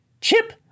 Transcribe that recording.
Chip